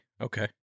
Okay